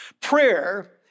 prayer